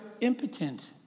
impotent